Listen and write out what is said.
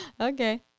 Okay